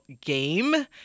game